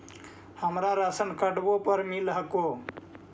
हमरा राशनकार्डवो पर मिल हको?